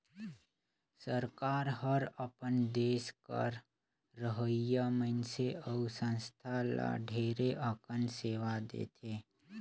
सरकार हर अपन देस कर रहोइया मइनसे अउ संस्था ल ढेरे अकन सेवा देथे